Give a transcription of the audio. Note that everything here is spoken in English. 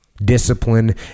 Discipline